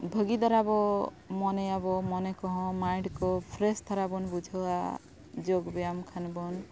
ᱵᱷᱟᱹᱜᱤ ᱫᱷᱟᱨᱟ ᱵᱚᱱ ᱢᱚᱱᱮᱭᱟᱵᱚᱱ ᱢᱚᱱᱮ ᱠᱚᱦᱚᱸ ᱢᱟᱭᱤᱰ ᱠᱚ ᱯᱷᱨᱮᱥ ᱫᱷᱟᱨᱟ ᱵᱚᱱ ᱵᱩᱡᱷᱟᱹᱣᱟ ᱡᱳᱜ ᱵᱮᱭᱟᱢ ᱠᱷᱟᱱ ᱵᱚᱱ